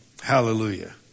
Hallelujah